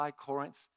Corinth